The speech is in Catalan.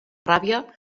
ràbia